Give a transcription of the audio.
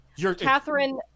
Catherine